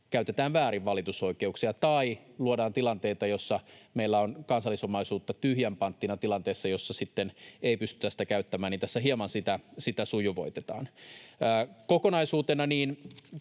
käytetään väärin valitusoikeuksia tai luodaan tilanteita, jossa meillä on kansallisomaisuutta tyhjän panttina tilanteessa, jossa ei pystytä sitä käyttämään. Eli tässä hieman sitä sujuvoitetaan. Kokonaisuutena tämän